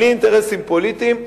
בלי אינטרסים פוליטיים,